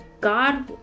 God